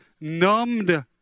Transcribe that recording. numbed